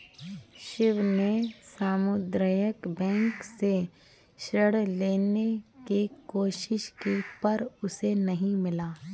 शिव ने सामुदायिक बैंक से ऋण लेने की कोशिश की पर उसे नही मिला